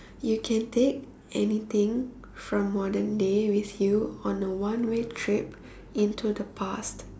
you can take anything from modern day with you on a one way trip into the past